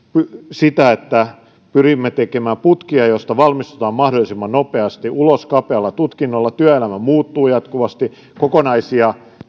sitä että pyrimme tekemään putkia joista valmistutaan mahdollisimman nopeasti ulos kapealla tutkinnolla työelämä muuttuu jatkuvasti kokonaisia